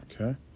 Okay